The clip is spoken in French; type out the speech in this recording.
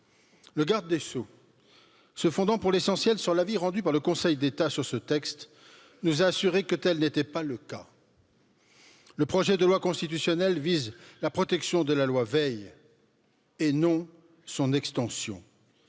Le Garde des sceaux, se fondant pour l'essentiel sur l'avis rendu par le Conseil d'etat sur ce texte, nous a assurés que tel n'était pas le cas. Le projet de loi constitutionnelle vise la protection de la loi Veil et non son extension.